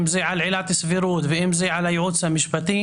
אם זה על עילת הסבירות ואם זה על הייעוץ המשפטי